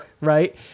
right